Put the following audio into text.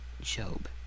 Job